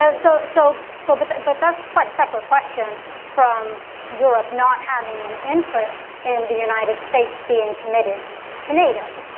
so so so so but but that's quite a separate question from europe not having an interest in the united states being committed to nato.